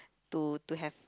to to have